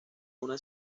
una